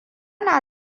na